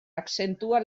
accentua